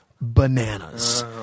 bananas